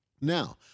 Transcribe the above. Now